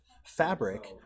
fabric